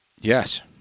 Yes